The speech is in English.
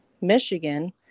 Michigan